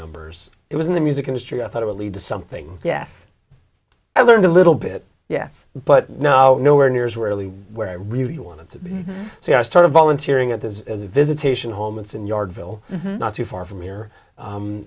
numbers it was in the music industry i thought it would lead to something yes i learned a little bit yes but no nowhere near as we're really where i really wanted to be so i started volunteering at this as a visitation home and yard ville not too far from here